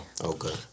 Okay